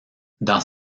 dans